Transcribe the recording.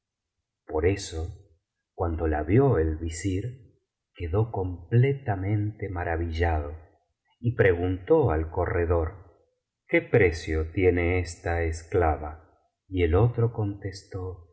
por eso cuando la vio el visir quedó completamente maravillado y preguntó al corredor qué precio tiene esta esclava y el otro contestó